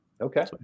Okay